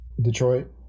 Detroit